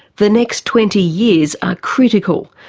the next twenty years are critical,